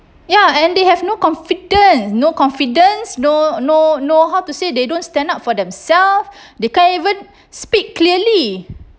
ya and they have no confidence no confidence no no no how to say they don't stand up for themselves they can't even speak clearly